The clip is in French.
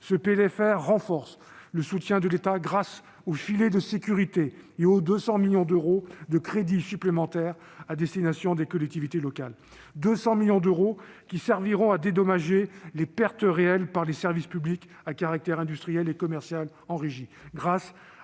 Ce PLFR renforce le soutien de l'État grâce au « filet de sécurité » et aux 200 millions d'euros de crédits supplémentaires à destination des collectivités locales. Ces 200 millions d'euros serviront à dédommager les pertes réelles subies par les services publics industriels et commerciaux en régie